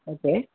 okay